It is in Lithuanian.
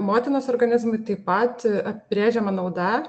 motinos organizmui taip pat apibrėžiama nauda